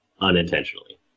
unintentionally